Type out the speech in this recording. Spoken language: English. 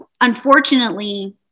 unfortunately